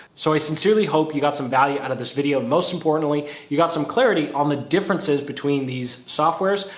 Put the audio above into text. so i sincerely hope you got some value out of this video. most importantly, you got some clarity on the differences between these softwares.